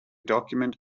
document